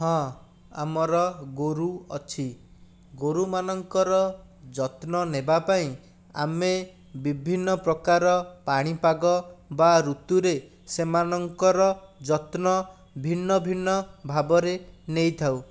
ହଁ ଆମର ଗୋରୁ ଅଛି ଗୋରୁମାନଙ୍କର ଯତ୍ନ ନେବାପାଇଁ ଆମେ ବିଭିନ୍ନ ପ୍ରକାର ପାଣିପାଗ ବା ଋତୁରେ ସେମାନଙ୍କର ଯତ୍ନ ଭିନ୍ନ ଭିନ୍ନ ଭାବରେ ନେଇଥାଉ